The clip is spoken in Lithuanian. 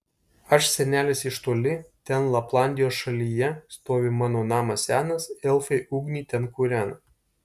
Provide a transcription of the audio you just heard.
aš senelis iš toli ten laplandijos šalyje stovi mano namas senas elfai ugnį ten kūrena